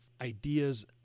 ideas